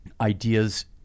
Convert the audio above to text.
ideas